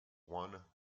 one